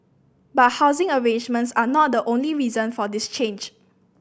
but housing arrangements are not the only reason for this change